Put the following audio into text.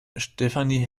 stefanie